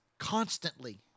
Constantly